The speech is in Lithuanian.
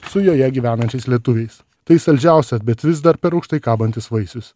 su joje gyvenančiais lietuviais tai saldžiausias bet vis dar per aukštai kabantis vaisius